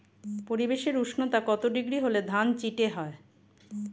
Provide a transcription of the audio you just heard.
পরিবেশের উষ্ণতা কত ডিগ্রি হলে ধান চিটে হয়?